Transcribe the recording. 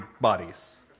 bodies